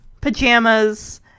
pajamas